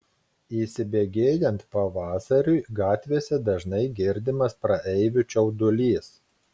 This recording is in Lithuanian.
įsibėgėjant pavasariui gatvėse dažnai girdimas praeivių čiaudulys